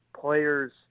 players